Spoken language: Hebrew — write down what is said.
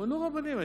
מונו רבנים.